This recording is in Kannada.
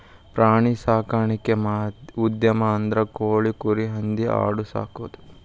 ಪ್ರಾಣಿ ಸಾಕಾಣಿಕಾ ಉದ್ಯಮ ಅಂದ್ರ ಕೋಳಿ, ಕುರಿ, ಹಂದಿ ಆಡು ಸಾಕುದು